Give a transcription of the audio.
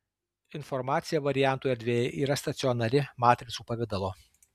informacija variantų erdvėje yra stacionari matricų pavidalo